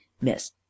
miss